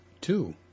Two